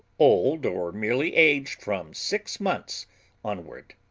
old or merely aged from six months onward.